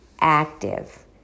active